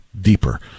deeper